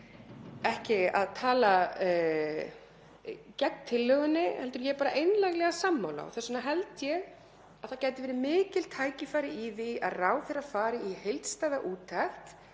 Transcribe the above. ekki að tala gegn tillögunni heldur er ég bara einlæglega sammála. Þess vegna held ég að það gætu verið mikil tækifæri í því að ráðherra fari í heildstæða úttekt.